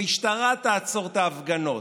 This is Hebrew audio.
המשטרה תעצור את ההפגנות,